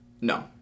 No